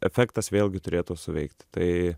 efektas vėlgi turėtų suveikti tai